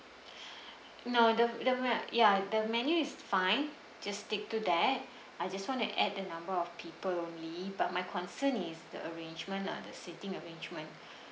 no the the me~ ya the menu is fine just stick to that I just want to add the number of people only but my concern is the arrangement lah the seating arrangement